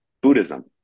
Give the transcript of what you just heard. buddhism